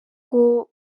ngo